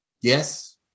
Yes